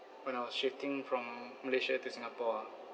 when I was shifting from malaysia to singapore ah